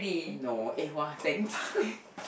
no eh !wah! thanks